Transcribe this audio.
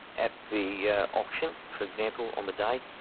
at the yeah auction for example, on the day,